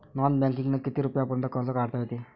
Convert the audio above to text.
Non बँकिंगनं किती रुपयापर्यंत कर्ज काढता येते?